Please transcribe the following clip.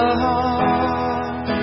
heart